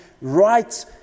right